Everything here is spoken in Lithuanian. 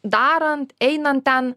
darant einant ten